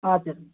हजुर